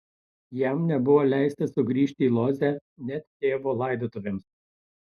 jam nebuvo leista sugrįžti į lodzę net tėvo laidotuvėms